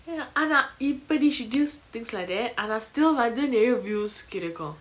ya ஆனா இப்புடி:aana ippudi she just things like there ஆனா:aana still வந்து நெரய:vanthu neraya views கிடைக்கு:kidaiku